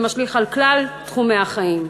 שמשליך על כלל תחומי החיים.